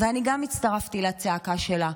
ואני גם הצטרפתי לצעקה שלה.